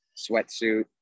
sweatsuit